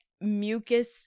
mucus